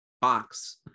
box